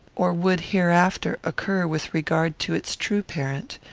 or would hereafter, occur with regard to its true parent.